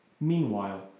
Meanwhile